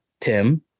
tim